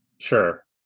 Sure